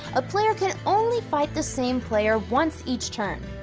a player can only fight the same player once each turn.